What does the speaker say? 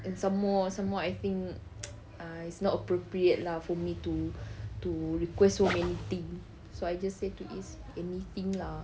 and some more some more I think it's not appropriate lah for me to to request so many thing so I just say to izz anything lah